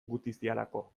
gutiziarako